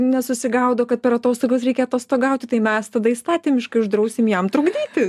nesusigaudo kad per atostogas reikia atostogauti tai mes tada įstatymiškai uždrausim jam trukdyti